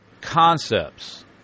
concepts